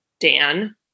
Dan